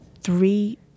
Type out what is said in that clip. three